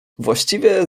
właściwie